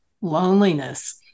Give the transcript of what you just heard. loneliness